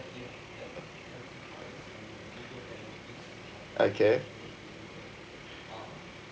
okay